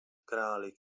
králik